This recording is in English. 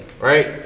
right